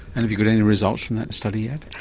and have you got any results from that study yet?